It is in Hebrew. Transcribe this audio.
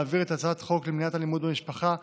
להעביר את הצעת חוק למניעת אלימות במשפחה (תיקון,